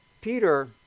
Peter